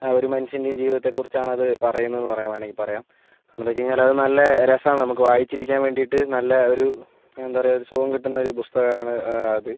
ഒരു മനുഷ്യൻ്റെയും ജീവിതത്തെക്കുറിച്ച് ആണ് അത് പറയുന്നത് എന്ന് വേണമെങ്കിൽ പറയാം കാരണം എന്താണെന്ന് വെച്ച്കഴിഞ്ഞാൽ അത് നല്ല രസമാണ് നമുക്ക് വായിച്ചിരിക്കാൻ വേണ്ടിയിട്ട് നല്ല ഒരു എന്താ പറയുക ഒരു സുഖം കിട്ടുന്ന ഒരു പുസ്തകമാണ് അത്